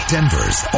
Denver's